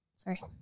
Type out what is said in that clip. Sorry